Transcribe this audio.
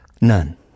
None